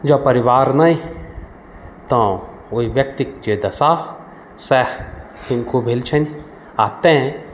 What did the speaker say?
जँ परिवार नहि तँ ओहि व्यक्तिक जे दशा सएह हिनको भेल छनि आ तैंं